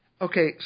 Okay